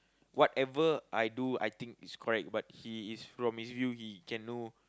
whatever I do I think is correct however he is from his view he can know